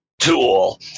tool